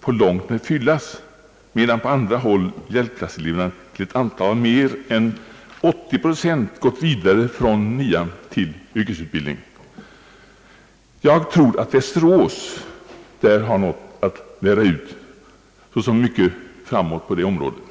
på långt när fyllas, medan på andra håll mer än 80 procent av hjälpklasseleverna gått vidare från 9:an till yrkesutbildning. Jag tror att man i Västerås, där man är mycket framåt på detta område, har något att lära ut.